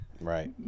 right